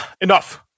enough